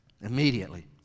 immediately